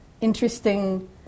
interesting